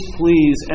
please